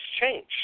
change